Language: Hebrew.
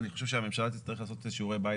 אני חושב שהממשלה תצטרך לעשות שיעורי בית